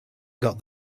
got